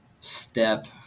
step